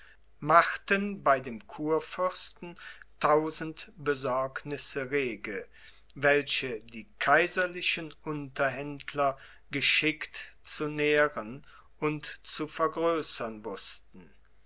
machten bei dem kurfürsten tausend besorgnisse rege welche die kaiserlichen unterhändler geschickt zu nähren und zu vergrößern wußten